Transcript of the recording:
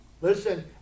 Listen